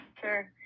sure